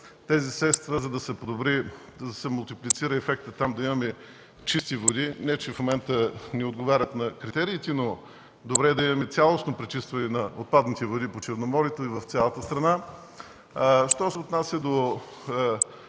тези средства, за да се мултиплицира ефектът, там да имаме чисти води. Не, че в момента не отговарят на критериите, но добре е да имаме цялостно пречистване на отпадните води по Черноморието и в цялата страна. Що се отнася до